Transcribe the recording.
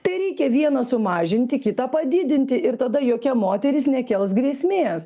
tai reikia vieną sumažinti kitą padidinti ir tada jokia moteris nekels grėsmės